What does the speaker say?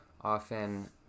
often